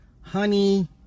honey